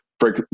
Frank